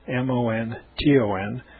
M-O-N-T-O-N